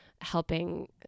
helping